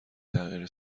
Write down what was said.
تغییر